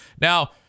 Now